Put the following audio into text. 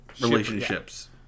Relationships